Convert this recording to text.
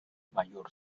mayor